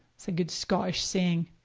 it's a good scottish saying.